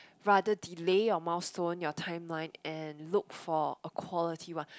rather delay your milestone your timeline and look for a quality one